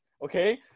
okay